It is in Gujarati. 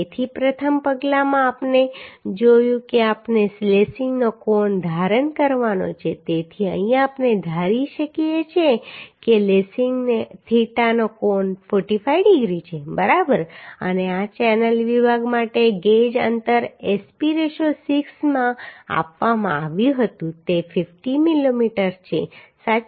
તેથી પ્રથમ પગલામાં આપણે જોયું કે આપણે લેસીંગનો કોણ ધારણ કરવાનો છે તેથી અહીં આપણે ધારી શકીએ કે લેસીંગ થીટાનો કોણ 45 ડિગ્રી છે બરાબર અને આ ચેનલ વિભાગ માટે ગેજ અંતર SP 6 માં આપવામાં આવ્યું હતું તે 50 mm છે સાચું